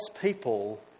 people